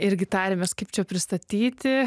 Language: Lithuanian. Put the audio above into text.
irgi tarėmės kaip čia pristatyti